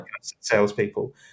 salespeople